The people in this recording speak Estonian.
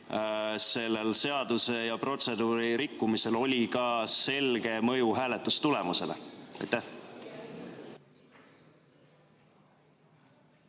Sellel seaduse ja protseduuri rikkumisel oli siiski selge mõju ka hääletustulemusele. Jaa,